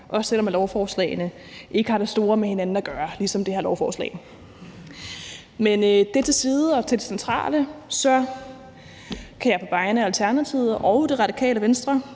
også selv om lovforslagene ikke har det store med hinanden at gøre, ligesom det her lovforslag. Men det til side og til det centrale kan jeg på vegne af Alternativet og Radikale Venstre